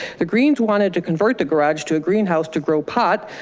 the greens wanted to convert the garage to a greenhouse to grow pot,